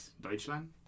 Deutschland